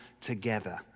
together